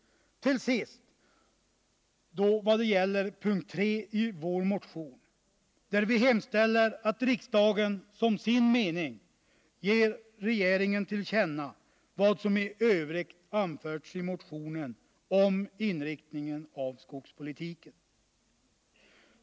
Till sist något om punkt 3 i vår motion, där vi hemställer att riksdagen som sin mening ger regeringen till känna vad som i övrigt anförts i motionen om inriktningen av skogspolitiken.